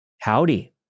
Howdy